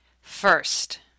First